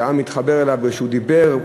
והעם התחבר אליו כשהוא דיבר.